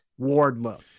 Wardlow